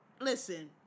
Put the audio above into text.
Listen